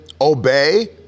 obey